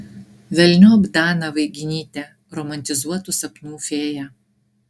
velniop daną vaiginytę romantizuotų sapnų fėją